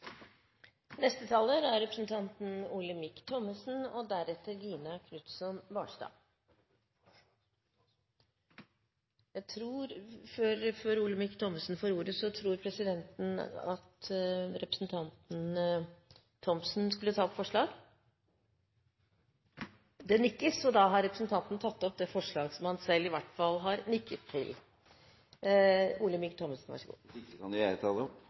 Neste taler er representanten Olemic Thommessen. Før Olemic Thommessen får ordet: Presidenten tror at representanten Ib Thomsen skulle ta opp et forslag? – Det nikkes, og da har representanten Ib Thomsen tatt opp det forslag han i hvert fall har nikket til. Hvis ikke kan jeg ta det opp.